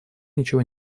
ничего